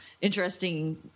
interesting